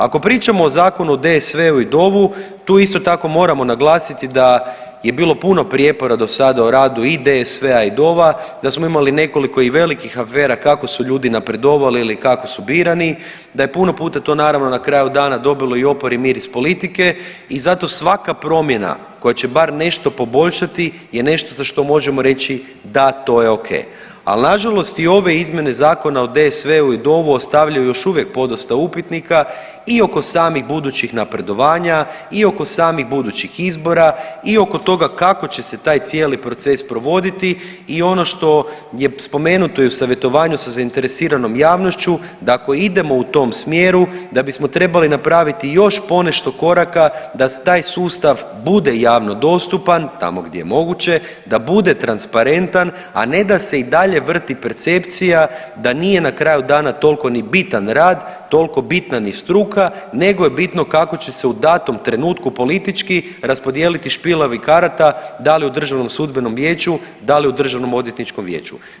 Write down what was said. Ako pričamo o Zakonu o DSV-u i DOV-u tu isto tako moramo naglasiti da je bilo puno prijepora do sada u radu i DSV-a i DOV-a, da smo imali nekoliko i velikih afera kako su ljudi napredovali ili kako su birani, da je puno puta to naravno na kraju dana dobilo i opori miris politike i zato svaka promjena koja će bar nešto poboljšati je nešto za što možemo reći da, to je o.k. Ali na žalost i ove izmjene Zakona o DSV-u i DOV-u ostavljaju još uvijek podosta upitnika i oko samih budućih napredovanja i oko samih budućih izbora i oko toga kako će se taj cijeli proces provoditi i ono što je spomenuto i u savjetovanju sa zainteresiranom javnošću, da ako idemo u tom smjeru, da bismo trebali napraviti još ponešto koraka da taj sustav bude javno dostupan tamo gdje je moguće, da bude transparentan, a ne da se i dalje vrti percepcija da nije na kraju dana toliko ni bitan rad, toliko bitna ni struka nego je bitno kako će se u datom trenutku politički raspodijeliti špilovi karata, da li u Državnom sudbenom vijeću, da li u Državnom odvjetničkom vijeću?